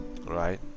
right